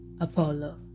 Apollo